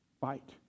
fight